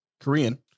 Korean